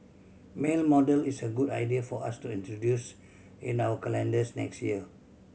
male model is a good idea for us to introduce in our calendars next year